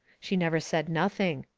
she never said nothing.